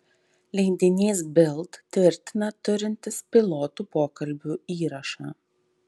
leidinys bild tvirtina turintis pilotų pokalbių įrašą